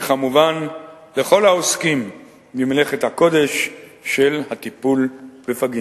וכמובן לכל העוסקים במלאכת הקודש של הטיפול בפגים.